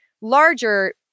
larger